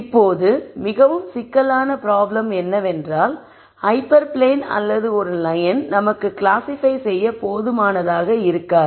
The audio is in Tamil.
இப்போது மிகவும் சிக்கலான ப்ராப்ளம் என்னவென்றால் ஹைப்பர் பிளேன் அல்லது ஒரு லயன் நமக்கு கிளாசிஃபை செய்ய போதுமானதாக இருக்காது